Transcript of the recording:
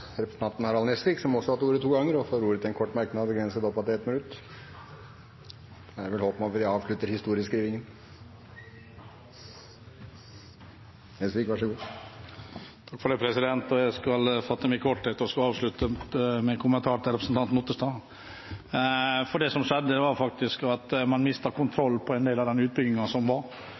Representanten Harald T. Nesvik har hatt ordet to ganger tidligere og får ordet til en kort merknad, begrenset til 1 minutt. Da er det vel håp om at man kan avslutte historieskrivingen. Jeg skal fatte meg i korthet og avslutte med en kommentar til representanten Otterstad. Det som skjedde, var at man mistet kontrollen med en del av utbyggingen. Man var nødt til å sette ned foten for å få fortgang og framgang i prosjektet innenfor de rammer som var